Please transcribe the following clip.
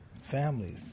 families